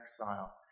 exile